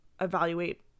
evaluate